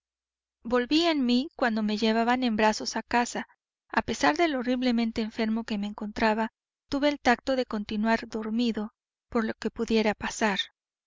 volví en mí cuando me llevaban en brazos a casa a pesar de lo horriblemente enfermo que me encontraba tuve el tacto de continuar dormido por lo que pudiera pasar